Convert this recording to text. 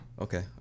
Okay